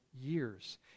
years